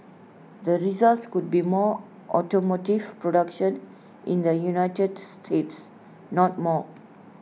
the results could be more automotive production in the united states not more